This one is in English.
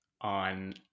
on